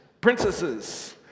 princesses